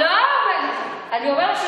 לא ככה,